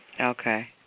Okay